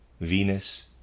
Venus